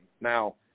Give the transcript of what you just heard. Now